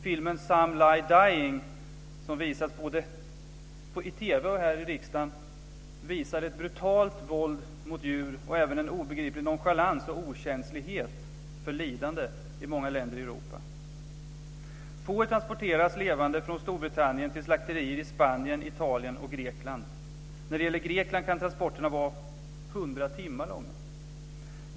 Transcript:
Filmen Some Lie Dying, som visats både i TV och här i riksdagen, visar ett brutalt våld mot djur och även en obegriplig nonchalans och okänslighet för lidande i många länder i Europa. Får transporteras levande från Storbritannien till slakterier i Spanien, Italien och Grekland. När det gäller Grekland kan transporterna vara 100 timmar långa.